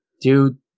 dude